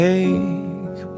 Take